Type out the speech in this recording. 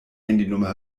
handynummer